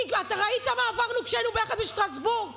כי ראית מה עברנו כשהיינו יחד בשטרסבורג,